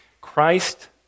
Christ